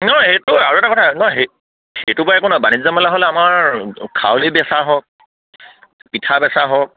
নহয় এইটো আৰু এটা কথা নহয় সেইটো বাৰু একো নহয় বাণিজ্য মেলা হ'লে আমাৰ খাৰলি বেচা হওক পিঠা বেচা হওক